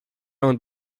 owned